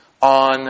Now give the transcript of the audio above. on